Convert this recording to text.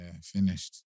finished